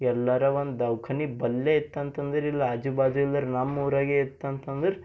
ಎಲ್ಲಾರ ಒಂದು ದವಖಾನೆ ಬಲ್ಲೆ ಇತ್ತಂತಂದ್ರೆ ಇಲ್ ಆಜುಬಾಜು ಇಲ್ದಾರ್ ನಮ್ಮೂರಾಗೇ ಇತ್ತಂತಂದ್ರೆ